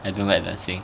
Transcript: I don't like dancing